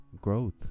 growth